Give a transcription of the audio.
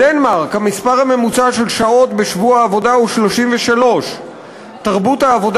בדנמרק המספר הממוצע של השעות בשבוע עבודה הוא 33. תרבות העבודה